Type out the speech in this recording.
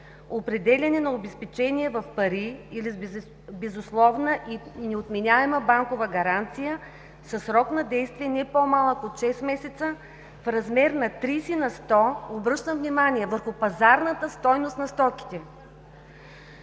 „Определяне на обезпечение в пари или с безусловна и неотменяема банкова гаранция със срок на действие не по-малък от шест месеца в размер на 30 на 100 – обръщам внимание – върху пазарната стойност на стоките“.